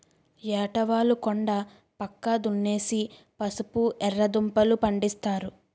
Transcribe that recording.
ఏటవాలు కొండా పక్క దున్నేసి పసుపు, ఎర్రదుంపలూ, పండిస్తారు